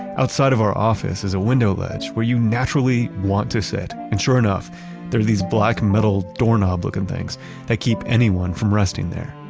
outside of our office as a window ledge where you naturally want to sit, and sure enough there are these black metal doorknob looking things that keep anyone from resting there.